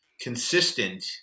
consistent